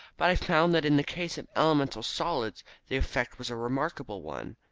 but i found that in the case of elemental solids the effect was a remarkable one.